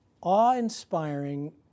awe-inspiring